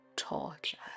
torture